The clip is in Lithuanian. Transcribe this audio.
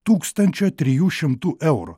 tūkstančio trijų šimtų eurų